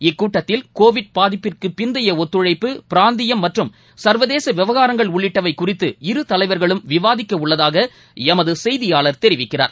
இக்கூட்டத்தில் கோவிட் பாதிப்பிற்குபிந்தையஒத்தழைப்பு பிராந்தியம் மற்றும் சர்வதேசவிவகாரங்கள் உள்ளிட்டவைகள் குறித்து இரு தலைவர்களும் விவாதிக்கஉள்ளதாகஎமதுசெய்தியாளர் தெரிவிக்கிறார்